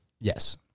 Yes